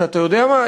אתה יודע מה?